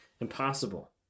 impossible